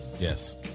Yes